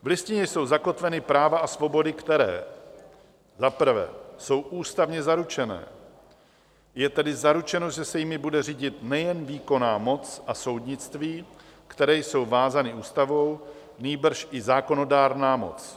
V Listině jsou zakotveny práva a svobody, které za prvé jsou ústavně zaručené, je tedy zaručeno, že se jimi bude řídit nejen výkonná moc a soudnictví, které jsou vázány ústavou, nýbrž i zákonodárná moc.